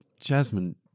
Jasmine